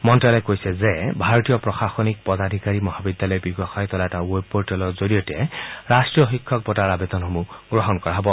মন্ত্ৰালয়ে কৈছে যে ভাৰতীয় প্ৰশাসনিক পদাধিকাৰী মহাবিদ্যালয়ে বিকশাই তোলা এটা ৱেব পোৰ্টেলৰ জৰিয়তে ৰাষ্ট্ৰীয় শিক্ষক বঁটাৰ আৱেদনসমূহ গ্ৰহণ কৰা হ'ব